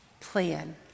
plan